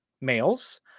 males